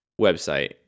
website